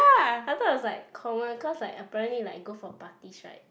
I thought it was like common cause like apparently like go for parties right